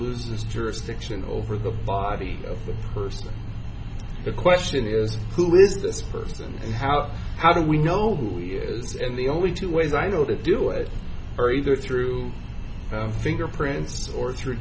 loses jurisdiction over the body of the person the question is who is this person and how how do we know who he is in the only two ways i know that do it are either through fingerprints or through